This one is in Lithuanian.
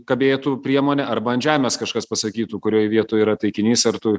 kabėtų priemonė arba ant žemės kažkas pasakytų kurioj vietoj yra taikinys ar tu